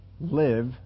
live